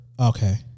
Okay